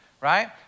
right